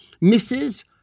misses